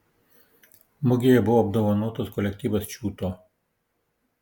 mugėje buvo apdovanotas kolektyvas čiūto